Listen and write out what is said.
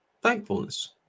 Thankfulness